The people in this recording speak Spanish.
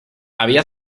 había